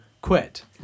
quit